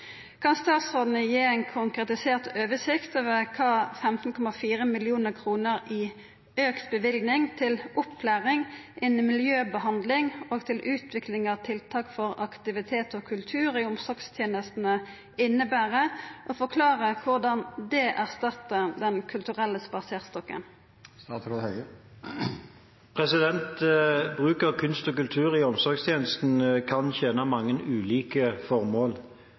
Kan helseministeren gi en konkretisert oversikt over hva 15,4 mill. kr i økt bevilgning til opplæring innen miljøbehandling og til utvikling av tiltak for aktivitet og kultur i omsorgstjenestene innebærer, og forklare hvordan det erstatter Den kulturelle spaserstokken?» Bruk av kunst og kultur i omsorgstjenesten kan tjene mange ulike formål.